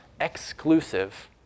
exclusive